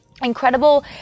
incredible